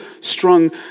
strung